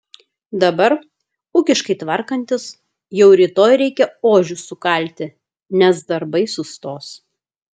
dabar ūkiškai tvarkantis jau rytoj reikia ožius sukalti nes darbai sustos